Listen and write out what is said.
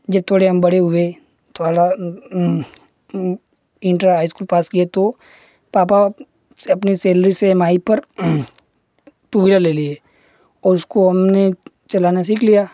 जब थोड़े हम बड़े हुए थोड़ा इन्टर हाईस्कूल पास किए तो पापा अपनी सैलरी से ई एम आई पर टूव्हीलर ले लिए और उसको हमने चलाना सीख लिया